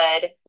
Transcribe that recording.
good